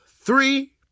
three